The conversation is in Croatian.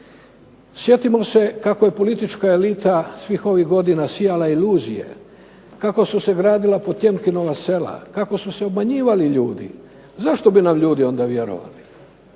Sjetimo se kako je politička elita svih ovih godina sijala iluzije, kako su se gradila Potemkinova sela, kako su se obmanjivali ljudi. Zašto bi nam ljudi onda vjerovali?